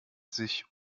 sich